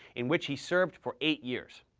in which he served for eight years.